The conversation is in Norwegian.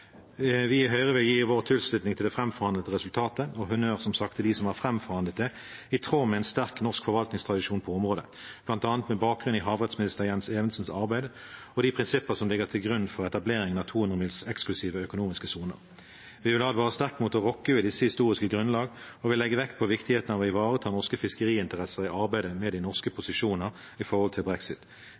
Vi i Høyre vil gi vår tilslutning til det framforhandlede resultatet og som sagt honnør til dem som har framforhandlet det i tråd med en sterk norsk forvaltningstradisjon på området, bl.a. med bakgrunn i havrettsminister Jens Evensens arbeid og de prinsipper som ligger til grunn for etableringen av 200-mils eksklusive økonomiske soner. Vi vil advare sterkt mot å rokke ved deres historiske grunnlag. Vi legger også vekt på viktigheten av å ivareta norske fiskeriinteresser i arbeidet med de norske posisjoner i forhold til brexit